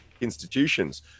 institutions